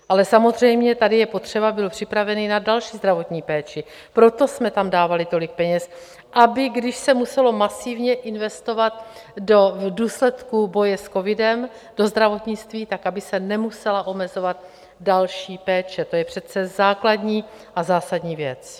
Ale samozřejmě tady je potřeba být připravený na další zdravotní péči, proto jsme tam dávali tolik peněz, aby když se muselo masivně investovat do důsledků boje s covidem, do zdravotnictví, se nemusela omezovat další péče, to je přece základní a zásadní věc.